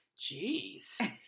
jeez